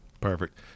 Perfect